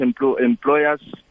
employers